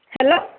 hello